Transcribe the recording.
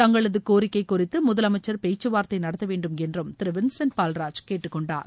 தங்களது கோரிக்கை குறித்து முதலமைச்சர் பேச்கவார்த்தை நடத்த வேண்டும் என்றும் திரு வின்ஸ்டன் பால்ராஜ் கேட்டுக்கொண்டார்